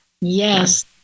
Yes